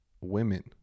women